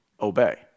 obey